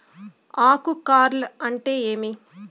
ఆకు కార్ల్ అంటే ఏమి?